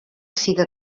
siga